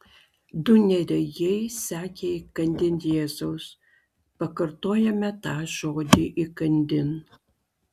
du neregiai sekė įkandin jėzaus pakartojame tą žodį įkandin